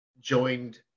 joined